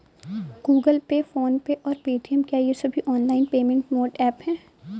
Google Pay PhonePe और Paytm क्या ये सभी ऑनलाइन पेमेंट मोड ऐप हैं?